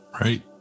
Right